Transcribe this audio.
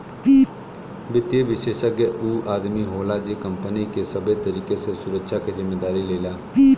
वित्तीय विषेशज्ञ ऊ आदमी होला जे कंपनी के सबे तरीके से सुरक्षा के जिम्मेदारी लेला